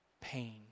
pain